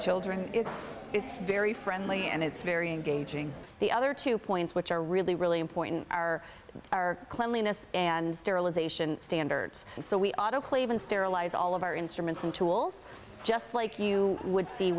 children it's very friendly and it's very engaging the other two points which are really really important are our cleanliness and sterilisation standards so we autoclave and sterilize all of our instruments and tools just like you would see